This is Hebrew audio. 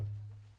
בוועדה.